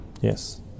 Yes